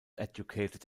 educated